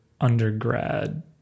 undergrad